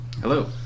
Hello